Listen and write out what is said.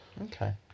okay